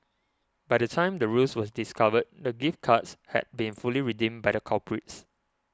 by the time the ruse was discovered the gift cards had been fully redeemed by the culprits